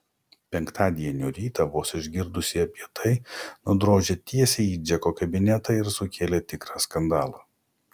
penktadienio rytą vos išgirdusi apie tai nudrožė tiesiai į džeko kabinetą ir sukėlė tikrą skandalą